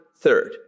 third